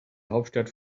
hauptstadt